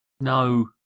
No